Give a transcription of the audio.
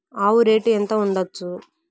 ఆవు రేటు ఎంత ఉండచ్చు?